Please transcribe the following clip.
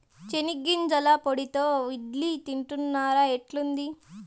చెనిగ్గింజల పొడితో ఇడ్లీ తింటున్నారా, ఎట్లుంది